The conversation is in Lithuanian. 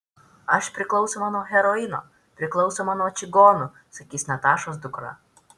aš priklausoma nuo heroino priklausoma nuo čigonų sakys natašos dukra